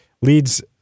Leads